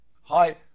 Hi